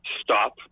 stop